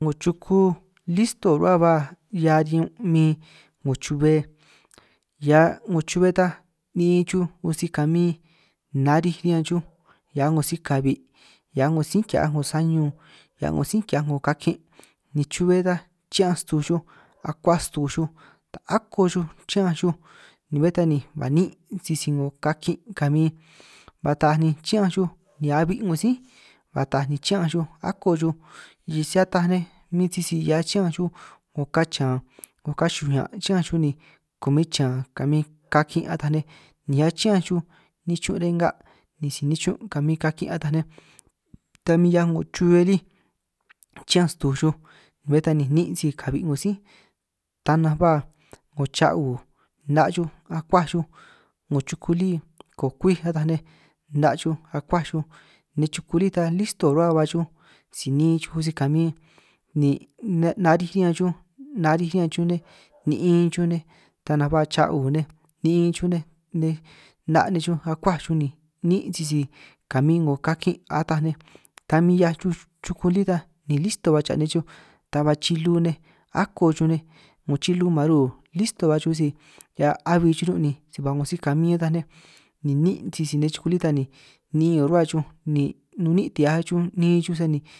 'Ngo chuku listo nin' rruba ba 'hia riñun' min 'ngo chube hia 'ngo chube ta niín xuj 'ngo si kamin, narij riñan xuj hiaj 'ngo si kabi' hiaj si ki'hiaj 'ngo sañun, hiaj 'ngo sí ki'hiaj 'ngo kakin', ni chube ta chi'ñanj stuj xuj, akuaj stuj xuj ta ako xuj chi'ñanj xuj ni bé ta ni ba niín' sisi 'ngo kakin' kabin, ba taaj ni chiñanj xuj ni abi' 'ngo sí ba taaj ni chiñanj xuj ako xuj sisi ataj nej min sisi hia chi'ñanj xuj, 'ngo ka chan 'ngo ka xubij ñan' chi'ñanj xuj ni kumin chan kamin kakin ataj nej, ni hiaj chi'ñanj xuj nichun' renga' ni si nichun' kamin kakin' ataj nej, ta min 'hiaj 'ngo chube lí chi'ñanj stuj xuj bé ta ni niín' si kabi' 'ngo sí, ta nanj ba 'ngo cha'u 'na' xuj akuaj xuj 'ngo chuku lí kokwíj ataj nej 'na' xuj akuaj chuj nej, chuku lí ta listo nin' rruhua ba xuj si niin xuj si kabin ni narij riñan xuj narij riñan xuj nej, ni'in xuj nej ta nanj ba cha'u nej ni'in xuj nej nej 'na' nej xuj akuaj xuj ni niín' sisi kamin 'ngo kakin ataj nej, ta min 'hiaj chuku lí ta ni listo ba cha nej chuj ta ba chilu nej ako xuj nej 'ngo xilu maru, listo ba xuj si hia abi xuj riñun' ni si ba 'ngo si kabin ataj nej, ni niín' sisi nej chuku lí ta ni niín nin' rruba xuj ni nun niín ti 'hiaj xuj ni'in xuj sani.